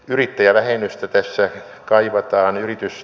yrittäjävähennystä tässä kaivataan